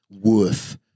worth